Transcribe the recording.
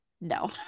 no